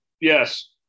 Yes